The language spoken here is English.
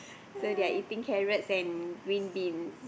so they are eating carrots and green beans